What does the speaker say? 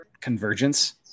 Convergence